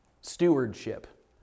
Stewardship